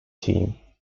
team